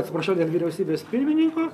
atsiprašau dėl vyriausybės pirmininko